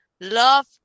love